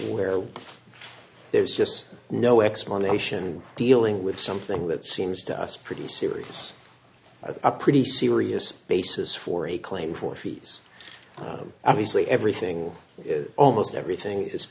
where there's just no explanation and dealing with something that seems to us pretty serious a pretty serious basis for a claim for fees obviously everything almost everything is